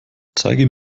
zeige